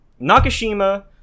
Nakashima